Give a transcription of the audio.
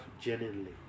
genuinely